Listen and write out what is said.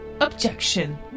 objection